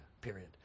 period